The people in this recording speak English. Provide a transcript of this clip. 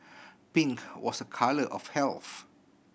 pink was colour of health